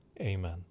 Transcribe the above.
Amen